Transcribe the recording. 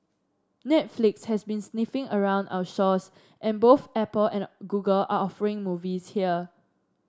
Netflix has been sniffing around our shores and both Apple and Google are offering movies here